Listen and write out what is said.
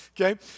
okay